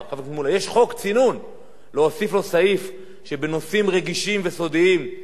להוסיף לו סעיף שבנושאים רגישים וסודיים שקשורים למקום עבודתם,